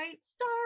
star